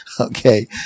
Okay